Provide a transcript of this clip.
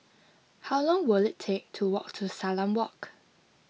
how long will it take to walk to Salam Walk